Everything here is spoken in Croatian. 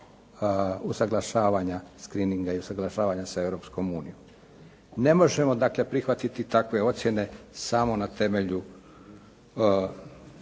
usuglašavanja screnninga i usuglašavanja sa Europskom unijom. Ne možemo dakle, prihvatiti takve ocjene samo na temelju